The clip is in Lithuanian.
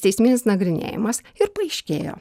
teisminis nagrinėjimas ir paaiškėjo